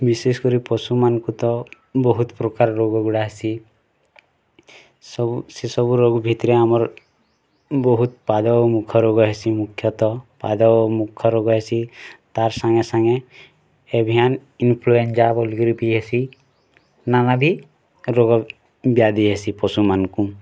ବିଶେଷ କରି ପଶୁମାନଙ୍କୁ ତ ବହୁତ ପ୍ରକାର ରୁଗଗୁଡ଼ା ହେସି ସବୁ ସେ ସେସବୁ ଭିତରେ ଆମର୍ ବହୁତ୍ ପାଦ ଆଉ ମୁଖ ରୁଗ ହେସି ମୁଖ୍ୟତଃ ପାଦ ଆଉ ମୁଖ ରୁଗ ହେସି ତା'ର୍ ସାଙ୍ଗେସାଙ୍ଗେ ଏଭିଆନ୍ ଇନଫ୍ଲୁଏନଜ଼ା ବୋଲିକିରି ଭି ହେସି ନାନାଦି ରୋଗବ୍ୟାଧି ହେସି ପଶୁମାନ୍କୁ